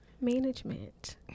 management